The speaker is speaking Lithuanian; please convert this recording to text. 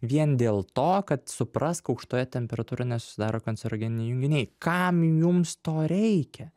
vien dėl to kad suprask aukštoje temperatūroje nesusidaro kancerogeniniai junginiai kam jums to reikia